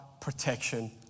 protection